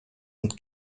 und